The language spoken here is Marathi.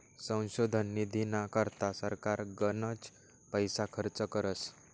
संशोधन निधीना करता सरकार गनच पैसा खर्च करस